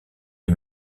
est